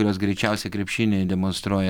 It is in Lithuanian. kurios greičiausią krepšinį demonstruoja